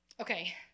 okay